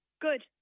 Good